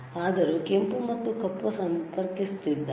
ಅವರು ಕೆಂಪು ಮತ್ತು ಕಪ್ಪು ಸಂಪರ್ಕಿಸುತ್ತಿದ್ದಾರೆ